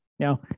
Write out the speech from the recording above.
Now